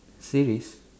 series